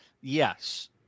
Yes